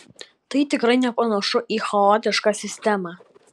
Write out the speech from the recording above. tai tikrai nepanašu į chaotišką sistemą